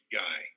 guy